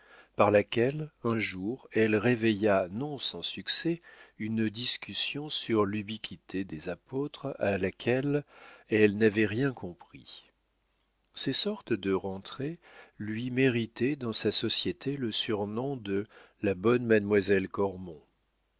par laquelle un jour elle réveilla non sans succès une discussion sur l'ubiquité des apôtres à laquelle elle n'avait rien compris ces sortes de rentrées lui méritaient dans sa société le surnom de la bonne